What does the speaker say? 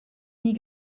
nie